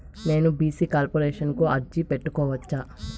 నేను BC corporation కు అర్జీ పెట్టుకోవచ్చా?